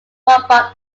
robot